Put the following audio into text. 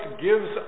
gives